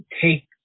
take